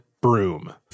broom